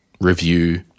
review